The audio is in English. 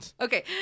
Okay